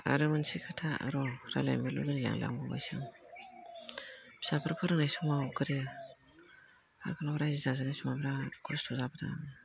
आरो मोनसे खोथा र' रायज्लायनोबो लुबैलायलांबायसो आं फिसाफोर फोरोंनाय समाव गोदो आगोलाव राइजो जाजेननाय समाव बिराद खस्थ' जाबोदों